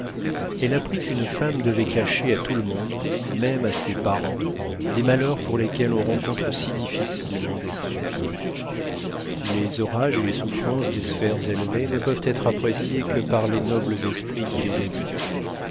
elle apprit qu'une femme devait cacher à tout le monde même à ses parents des malheurs pour lesquels on rencontre si difficilement des sympathies les orages et les souffrances des sphères élevées ne peuvent être appréciés que par les nobles esprits qui les habitent